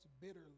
bitterly